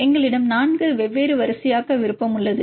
எங்களிடம் 4 வெவ்வேறு வரிசையாக்க விருப்பம் உள்ளது